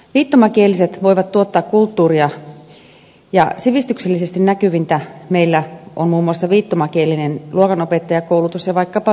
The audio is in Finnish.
viittomakieliset voivat tuottaa kulttuuria ja sivistyksellisesti näkyvintä meillä on muun muassa viittomakielinen luokanopettajakoulutus ja vaikkapa viittomakieliset uutiset